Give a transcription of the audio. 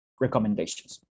recommendations